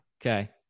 okay